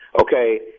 Okay